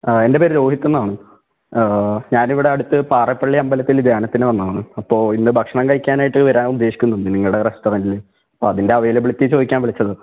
ആ എൻ്റെ പേര് രോഹിത്ത് എന്നാണ് ഞാനിവിടെ അടുത്ത് പാറേപ്പള്ളി അമ്പലത്തിൽ ധ്യാനത്തിന് വന്നതാണ് അപ്പോൾ ഇന്ന് ഭക്ഷണം കഴിക്കാനായിട്ട് വരാൻ ഉദ്ദേശിക്കുന്നുണ്ട് നിങ്ങളുടെ റെസ്റ്ററൻറിൽ അപ്പം അതിൻറെ അവൈലബിലിറ്റി ചോദിക്കാൻ വിളിച്ചതാണ്